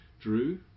Drew